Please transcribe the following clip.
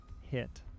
hit